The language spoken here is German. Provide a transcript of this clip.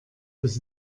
bis